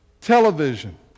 television